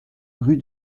rue